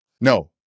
No